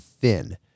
thin